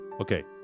Okay